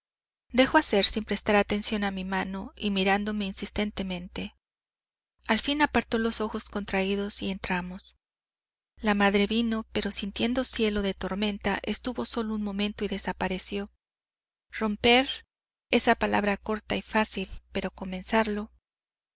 dejó hacer sin prestar atención a mi mano y mirándome insistemente al fin apartó los ojos contraídos y entramos la madre vino pero sintiendo cielo de tormenta estuvo sólo un momento y desapareció romper es palabra corta y fácil pero comenzarlo